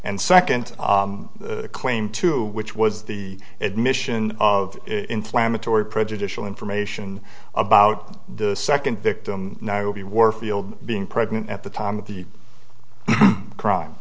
and second the claim to which was the admission of inflammatory prejudicial information about the second victim nairobi warfield being pregnant at the time of the crime